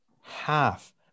half